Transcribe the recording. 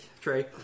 Trey